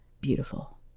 beautiful